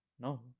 No